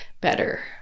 better